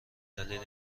دلیل